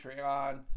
Patreon